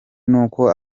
n’uko